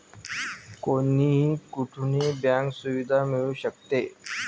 कोणीही कुठूनही बँक सुविधा मिळू शकते